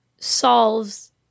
solves